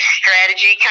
strategy